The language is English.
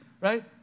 right